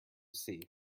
see